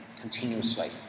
continuously